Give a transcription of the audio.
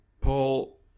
Paul